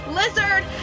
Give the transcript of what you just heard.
lizard